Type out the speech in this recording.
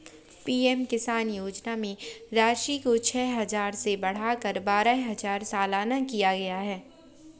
PM Kisan योजना में राशि को छह हजार से बढ़ाकर बारह हजार सालाना किया गया है